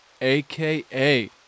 aka